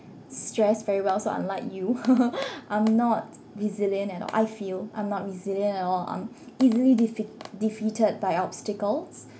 stress very well so unlike you I'm not resilient at all I feel I'm not resilient at all I'm easily defeat defeated by obstacles